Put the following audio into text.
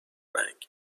رنگ